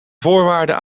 voorwaarden